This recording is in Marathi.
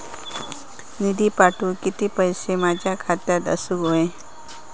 निधी पाठवुक किती पैशे माझ्या खात्यात असुक व्हाये?